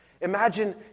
Imagine